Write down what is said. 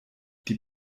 die